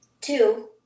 Two